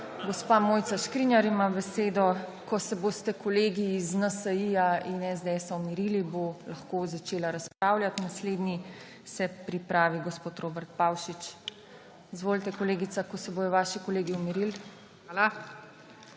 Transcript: Gospa Mojca Škrinjar ima besedo. / nemir v dvorani/ Ko se boste kolegi iz NSi in SDS umirili, bo lahko začela razpravljati. Naslednji se pripravi gospod Robert Pavšič. Izvolite, kolegica, ko se bodo vaši kolegi umirili.